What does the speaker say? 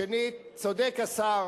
שנית, צודק השר